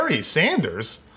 Sanders